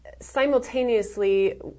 simultaneously